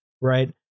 right